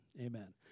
Amen